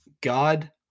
God